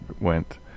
went